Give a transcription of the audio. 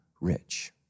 rich